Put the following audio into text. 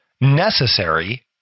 necessary